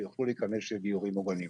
כך שהם יוכלו לקבל דיורים מוגנים.